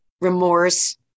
remorse